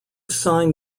sign